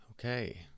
Okay